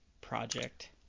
project